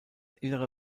innere